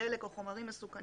דלק או חומרים מסוכנים.